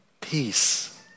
peace